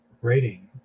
rating